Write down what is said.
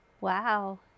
Wow